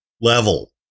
level